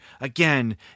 again